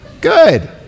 Good